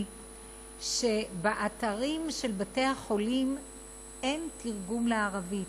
שבאתרים של בתי-החולים אין תרגום לערבית,